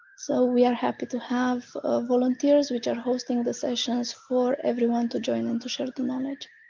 so we are happy to have ah volunteers which are hosting the sessions for everyone to join in to share the knowledge.